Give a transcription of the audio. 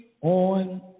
on